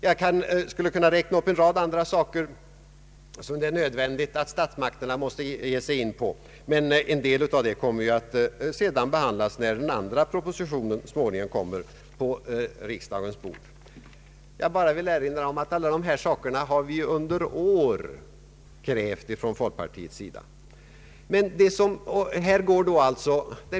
Jag skulle kunna räkna upp en rad andra saker som det är nödvändigt att statsmakterna ger sig in på, men vi får behandla detta när den andra propositionen kommer på riksdagens bord. Jag vill bara erinra om att alla dessa saker har vi under flera år krävt från folkpartiets sida.